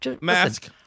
Mask